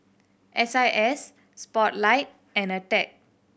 S I S Spotlight and Attack